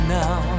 now